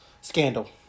Scandal